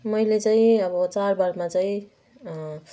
मैले चाहिँ अब चाडबाडमा चाहिँ